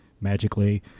magically